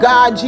God